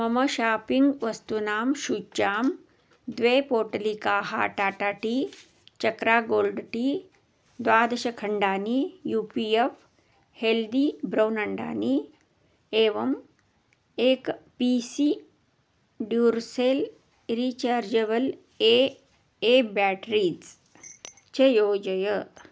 मम शापिङ्ग् वस्तूनां सूच्यां द्वे पोटलिकाः Tata tea Chakra gold tea द्वादशखण्डानि U P F healthy brown अण्डानि एवम् एकं P C Duracell rechargeable A A batteries च योजय